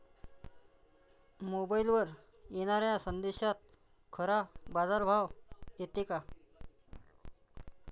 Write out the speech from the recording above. मोबाईलवर येनाऱ्या संदेशात खरा बाजारभाव येते का?